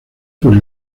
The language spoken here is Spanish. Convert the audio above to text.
por